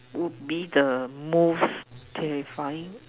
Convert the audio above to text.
would be the most terrifying